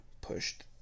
pushed